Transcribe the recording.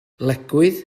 lecwydd